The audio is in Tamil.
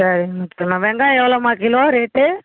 சரி வெங்காயம் எவ்வளோம்மா கிலோ ரேட்டு